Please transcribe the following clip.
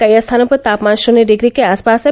कई स्थानों पर तापमान शून्य डिग्री के आस पास है